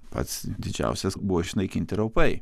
pats didžiausias buvo išnaikinti raupai